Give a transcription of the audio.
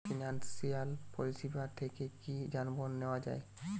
Financial পরিসেবা থেকে কি যানবাহন নেওয়া যায়?